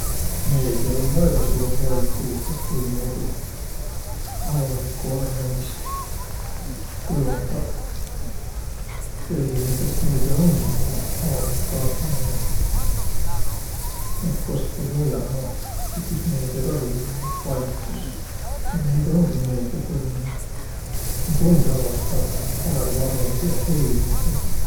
Meediäl um väega suur roll tuuh, et kuimuudu avalikku arvamist kujondaq. Et esiqhindäst meediä umgi niguq avalik arvaminõ. Et kos tuu muial? Noh, ütismeediä kah viil ja ma ei tiiäq valitsus, aga muido umgi meediä tuu, miä nigu umgi avalik arvaminõ, avaligu arvamisõ helü niiüteldäq.